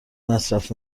مصرف